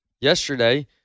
yesterday